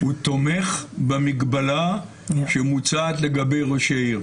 הוא תומך במגבלה שמוצעת לגבי ראש העיר.